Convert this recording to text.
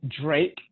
Drake